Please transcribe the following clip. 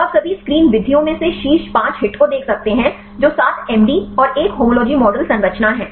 तो आप सभी स्क्रीन विधियों में से शीर्ष 5 हिट को देख सकते हैं जो 7 एमडी और 1 होमोलॉजी मॉडल संरचना है